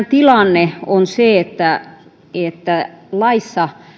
tilanne on se että että laissa